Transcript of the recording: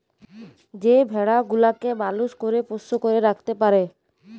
যে ভেড়া গুলাকে মালুস ঘরে পোষ্য করে রাখত্যে পারে